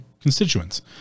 constituents